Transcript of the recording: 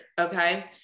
okay